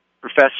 professor